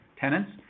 tenants